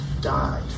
died